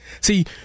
See